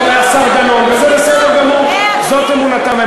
השר דנון, זה בסדר גמור, זאת אמונתם.